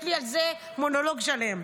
עזוב, זה כל ה"לא ידעתי" יש לי על זה מונולוג שלם.